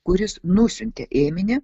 kuris nusiuntė ėminį